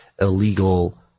illegal